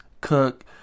cook